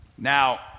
Now